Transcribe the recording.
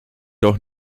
doch